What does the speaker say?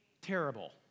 terrible